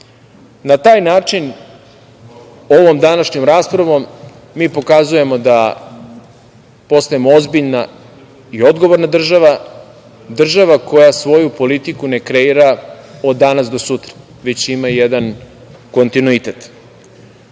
taj način, ovom današnjom raspravom mi pokazujemo da postajemo ozbiljna i odgovorna država, država koja svoju politiku ne kreira od danas do sutra, već ima jedan kontinuitet. Naravno,